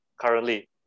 currently